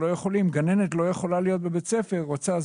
גננת לא יכולה להיות במוסד חינוך,